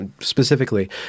specifically